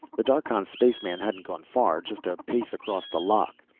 the darkhan spaceman hadn't gone far, just a pace across the lock.